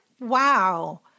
wow